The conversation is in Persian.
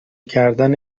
کردن